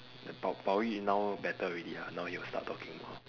d~ Bao~ Bao Yu now better already ah now he will start talking more